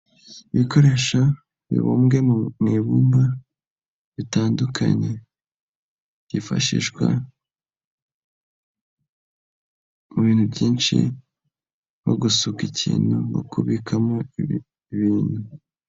Ibikoresho bibumwe mu ibumba bitandukanye, byifashishwa mu bintu byinshi nko gusuka ikintu no kubikamo ibintu.